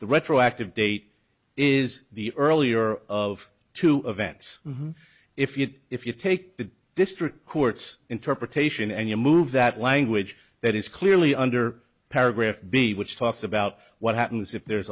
the retroactive date is the earlier of two events if you if you take the district court's interpretation and you move that language that is clearly under paragraph b which talks about what happens if there's